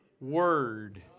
Word